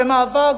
במאבק,